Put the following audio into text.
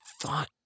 thought